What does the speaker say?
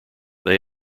they